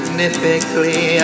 Significantly